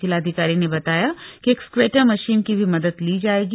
जिलाधिकारी ने बताया कि एक्सक्वेटर मशीन की भी मदद ली जाएगी